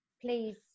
please